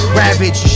ravage